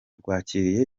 rwakiriye